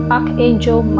Archangel